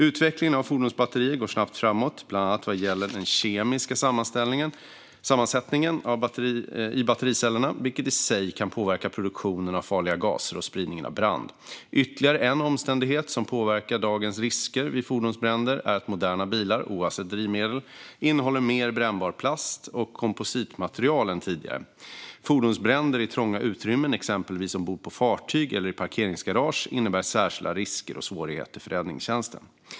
Utvecklingen av fordonsbatterier går snabbt framåt, bland annat vad gäller den kemiska sammansättningen i battericellerna, vilket i sig kan påverka produktionen av farliga gaser och spridning av brand. Ytterligare en omständighet som påverkar dagens risker vid fordonsbränder är att moderna bilar, oavsett drivmedel, innehåller mer brännbar plast och kompositmaterial än tidigare. Fordonsbränder i trånga utrymmen, exempelvis ombord på fartyg eller i parkeringsgarage, innebär särskilda risker och svårigheter för räddningstjänsten.